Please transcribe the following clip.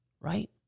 Right